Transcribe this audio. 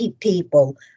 people